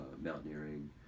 mountaineering